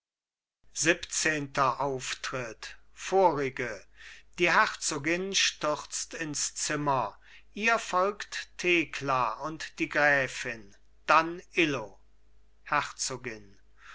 siebenzehnter auftritt vorige die herzogin stürzt ins zimmer ihr folgt thekla und die gräfin dann illo herzogin